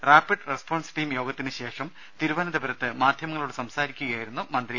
rapid response team യോഗത്തിന് ശേഷം തിരുവനന്തപുരത്ത് മാധ്യമങ്ങളോട് സംസാ രിക്കുകയായിരുന്നു മന്ത്രി